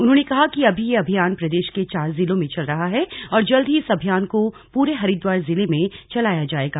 उन्होंने कहा कि अभी यह अभियान प्रदेश के चार जिलों में चल रहा है और जल्द ही इस अभियान को पूरे हरिद्वार जिले में चलाया जाएगा